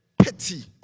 pity